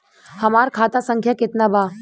हमार खाता संख्या केतना बा?